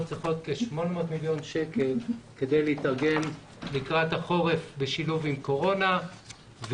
צריכות 800 מיליון שקלים כדי להתארגן לקראת החורף בשילוב עם קורונה.